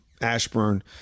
Ashburn